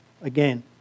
Again